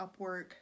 Upwork